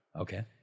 Okay